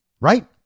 Right